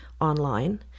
online